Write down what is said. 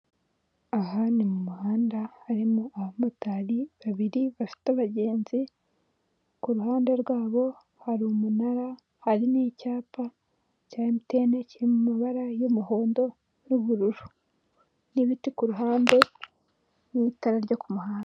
Aha ni mu muhanda, harimo abamotari babiri bafite abagenzi, ku ruhande rwabo hari umunara, hari n'icyapa cya antene kiri mu mabara y'umuhondo n'ubururu. N'ibiti ku ruhande, n'itara ryo ku muhanda.